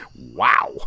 Wow